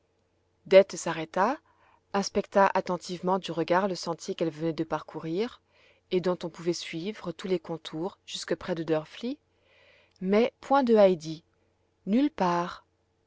dete s'arrêta inspecta attentivement du regard le sentier qu'elle venait de parcourir et dont on pouvait suivre tous les contours jusque près de drfli mais point de heidi nulle part